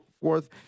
forth